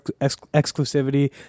exclusivity